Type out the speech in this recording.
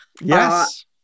Yes